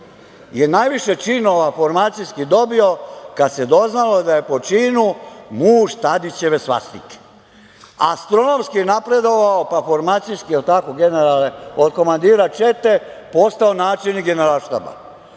je najviše činova formacijski dobio kad se doznalo da je po činu muž Tadićeve svastike. Astronomski je napredovao, pa formacijski, jel tako generale, od komandira čete postao načelnik Generalštaba